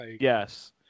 Yes